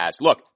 Look